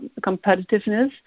competitiveness